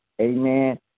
amen